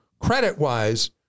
credit-wise